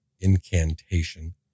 Incantation